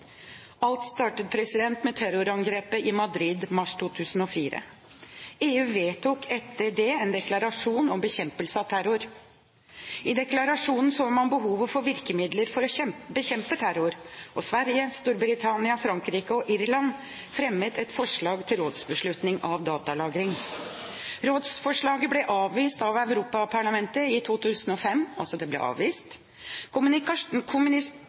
Alt startet med terrorangrepet i Madrid i mars 2004. EU vedtok etter det en deklarasjon om bekjempelse av terror. I deklarasjonen så man behovet for virkemidler for å bekjempe terror, og Sverige, Storbritannia, Frankrike og Irland fremmet et forslag til rådsbeslutning om datalagring. Rådsforslaget ble avvist av Europaparlamentet i 2005 – det ble altså avvist.